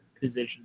position